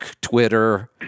Twitter